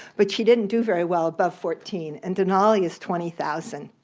but she didn't do very well above fourteen, and denali is twenty thousand.